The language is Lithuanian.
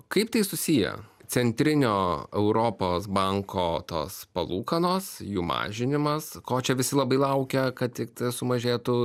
kaip tai susiję centrinio europos banko tos palūkanos jų mažinimas ko čia visi labai laukia kad tiktai sumažėtų